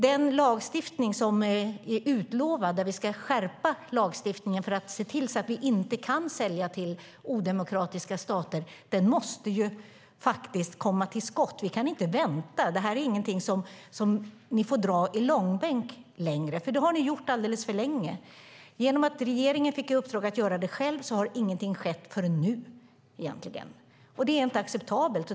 Den lagstiftning som är utlovad, där vi ska skärpa lagstiftningen för att se till att vi inte kan sälja till odemokratiska stater, måste komma till skott. Vi kan inte vänta. Detta är ingenting ni får dra i långbänk längre. Det har ni nämligen gjort alldeles för länge. Genom att regeringen fick i uppdrag att göra det själv har egentligen ingenting skett förrän nu. Det är inte acceptabelt.